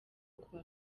kuwa